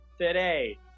today